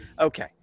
okay